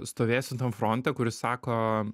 stovėsiu tam fronte kuris sako